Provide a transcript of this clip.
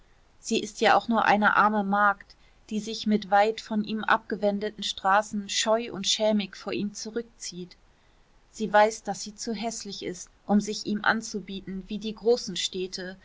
sie ist ja auch nur eine arme magd die sich mit weit von ihm abgewendeten straßen scheu und schämig vor ihm zurückzieht sie weiß daß sie zu häßlich ist um sich ihm anzubieten wie die großen städte